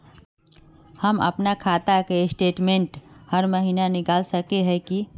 हम अपना खाता के स्टेटमेंट हर महीना निकल सके है की?